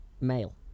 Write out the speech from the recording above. male